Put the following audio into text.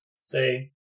say